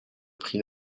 prix